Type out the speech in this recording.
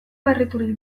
berriturik